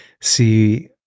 see